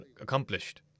accomplished